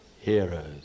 heroes